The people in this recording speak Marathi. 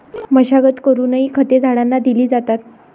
मशागत करूनही खते झाडांना दिली जातात